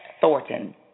Thornton